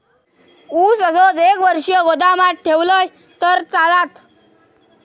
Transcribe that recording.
ऊस असोच एक वर्ष गोदामात ठेवलंय तर चालात?